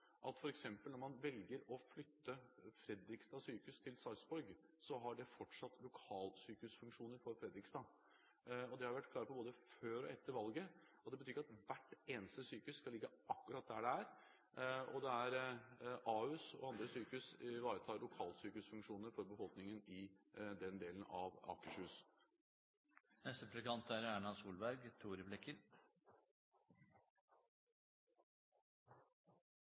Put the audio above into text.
at f.eks. når man velger å flytte Fredrikstad sykehus til Sarpsborg, så har det fortsatt lokalsykehusfunksjoner for Fredrikstad. Det har jeg vært klar på både før og etter valget, og det betyr ikke at hvert eneste sykehus skal ligge akkurat der det er. Ahus og andre sykehus ivaretar lokalsykehusfunksjoner for befolkningen i den delen av Akershus. Jeg tror vi alle er